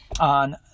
on